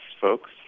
folks